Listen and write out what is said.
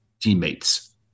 teammates